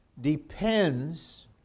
depends